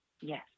Yes